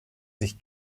sich